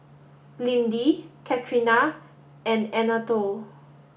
Lindy Catrina and Anatole